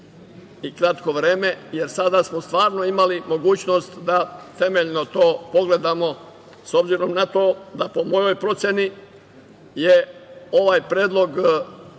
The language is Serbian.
i kratko vreme. Jer, sada smo stvarno imali mogućnost da temeljno to pogledamo, s obzirom na to da je, po mojoj proceni, ovaj Predlog budžeta